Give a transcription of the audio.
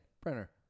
printer